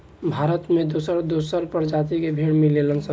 भारत में दोसर दोसर प्रजाति के भेड़ मिलेलन सन